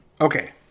Okay